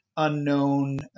unknown